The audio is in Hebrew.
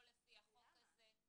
לא לפי החוק הזה.